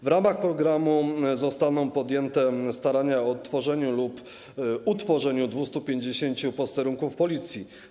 W ramach programu zostaną podjęte starania o odtworzenie lub utworzenie 250 posterunków Policji.